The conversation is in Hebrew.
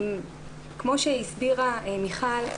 כמו שהסבירה מיכל,